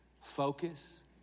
Focus